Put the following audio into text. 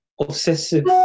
obsessive